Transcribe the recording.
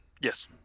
yes